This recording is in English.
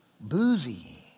boozy